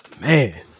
Man